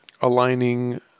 aligning